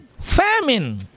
famine